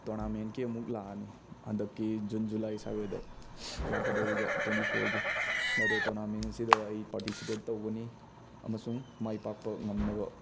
ꯇꯣꯔꯅꯥꯃꯦꯟꯀꯤ ꯑꯃꯨꯛ ꯂꯥꯛꯑꯅꯤ ꯍꯟꯗꯛꯀꯤ ꯖꯨꯟ ꯖꯨꯂꯥꯏ ꯁꯥꯏꯋꯥꯏꯗ ꯂꯥꯛꯀꯗꯧꯔꯤꯕ ꯇ꯭ꯋꯦꯟꯇꯤ ꯐꯣꯔꯒꯤ ꯑꯗꯣ ꯇꯣꯔꯅꯥꯃꯦꯟꯁꯤꯗ ꯑꯩ ꯄꯥꯔꯇꯤꯁꯤꯄꯦꯠ ꯇꯧꯒꯅꯤ ꯑꯃꯁꯨꯡ ꯃꯥꯏ ꯄꯥꯛꯄ ꯉꯝꯅꯕ